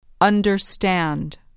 Understand